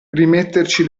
rimetterci